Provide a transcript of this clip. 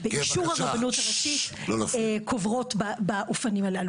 או שאני גם אשלם עבור האבא או עבור האימא.